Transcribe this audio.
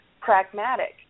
pragmatic